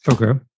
Okay